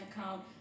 account